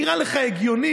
נראה לך הגיוני?